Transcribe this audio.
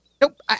Nope